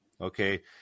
Okay